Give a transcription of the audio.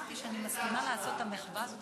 אני אמרתי שאני מסכימה לעשות את המחווה הזאת,